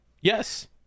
Yes